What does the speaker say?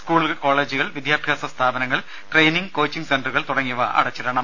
സ്കൂളുകൾ കോളജുകൾ വിദ്യാഭ്യാസ സ്ഥാപനങ്ങൾ ട്രെയിനിങ് കോച്ചിങ് സെന്ററുകൾ തുടങ്ങിയവ അടച്ചിടണം